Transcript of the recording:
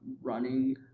running